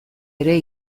ere